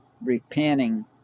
repenting